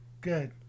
Good